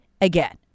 again